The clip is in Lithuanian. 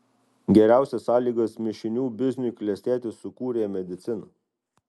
geriausias sąlygas mišinių bizniui klestėti sukūrė medicina